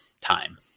time